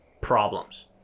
problems